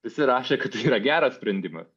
visi rašė kad tai yra geras sprendimas